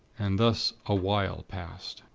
and thus a while passed.